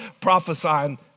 prophesying